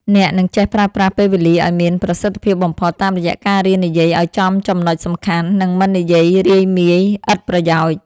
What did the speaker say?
អ្នកនឹងចេះប្រើប្រាស់ពេលវេលាឱ្យមានប្រសិទ្ធភាពបំផុត តាមរយៈការរៀននិយាយឱ្យចំចំណុចសំខាន់ និងមិននិយាយរាយមាយឥតប្រយោជន៍។